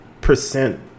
percent